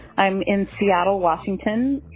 i'm in seattle, washington.